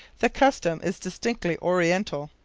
the custom is distinctly oriental.